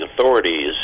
authorities